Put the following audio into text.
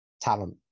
Talent